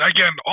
Again